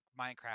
Minecraft